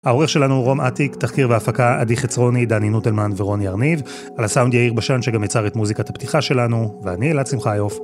העורך שלנו הוא רום עתיק, תחקיר והפקה, עדי חצרוני, דני נוטלמן ורוני ארניב, על הסאונד יאיר בשן שגם ייצר את מוזיקת הפתיחה שלנו, ואני אלעד שמחה, יופ.